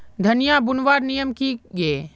धनिया बूनवार नियम की गे?